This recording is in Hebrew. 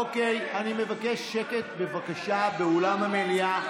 אוקיי, אני מבקש שקט באולם המליאה.